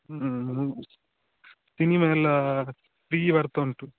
ಹ್ಞೂ ಸಿನಿಮಾ ಎಲ್ಲ ಫ್ರೀ ಬರ್ತಾ ಉಂಟು